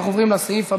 אני מציע ראשון.